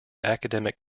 academic